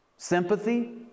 Sympathy